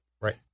Right